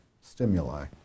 stimuli